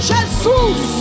Jesus